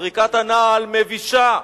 זריקת הנעל מבישה,